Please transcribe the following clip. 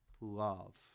Love